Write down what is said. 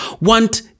want